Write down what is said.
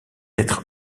être